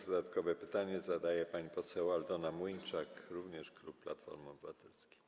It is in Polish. Dodatkowe pytanie zadaje pani poseł Aldona Młyńczak, również klub Platformy Obywatelskiej.